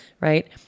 right